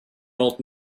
old